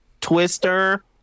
Twister